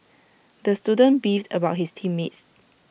the student beefed about his team mates